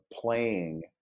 playing